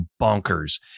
bonkers